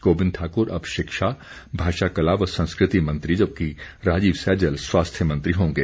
गोबिंद ठाक्र अब शिक्षा भाषा कला व संस्कृति मंत्री जबकि राजीव सैजल स्वास्थ्य मंत्री होंगे